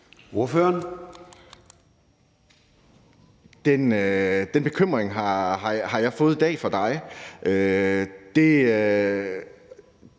Monberg (S): Den bekymring har jeg fået i dag fra dig.